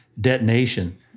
detonation